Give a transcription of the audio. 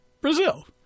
Brazil